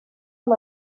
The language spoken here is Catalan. amb